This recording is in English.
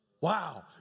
Wow